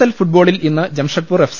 L ഫുട്ബോളിൽ ഇന്ന് Jamshedpur F